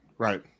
Right